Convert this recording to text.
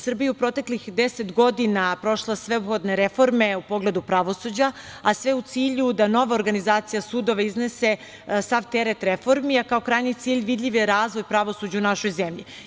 Srbija je u proteklih deset godina prošla sve uvodne reforme u pogledu pravosuđa, a sve u cilju da nova organizacija sudova iznese sav teret reformi, a kao krajnji cilj vidljiv je razvoj pravosuđa u našoj zemlji.